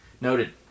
noted